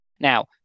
Now